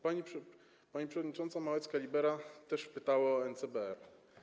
Pani przewodnicząca Małecka-Libera też pytała o NCBR.